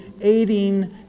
aiding